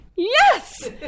Yes